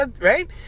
right